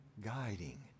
Guiding